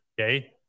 Okay